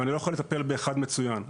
ואני לא יכול לטפל באחד מצוין.